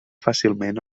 fàcilment